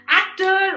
actor